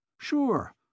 Sure